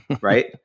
right